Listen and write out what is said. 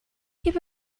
keep